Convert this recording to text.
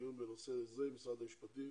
דיון בנושא זה עם משרד המשפטים